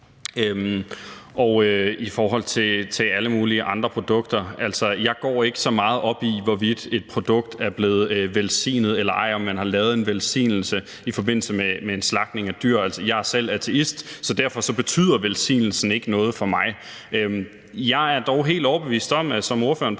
Med hensyn til alle mulige andre produkter: Jeg går ikke så meget op i, hvorvidt et produkt er blevet velsignet eller ej, altså om man har lavet en velsignelse i forbindelse med slagtning af dyr. Jeg er selv ateist, og derfor betyder velsignelsen ikke noget for mig. Jeg er dog helt overbevist om, som ordføreren